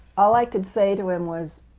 all i could say to him was,